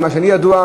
מה שלי שידוע,